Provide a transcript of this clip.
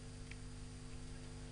ליישום המדיניות הכלכלית לשנת התקציב 2019)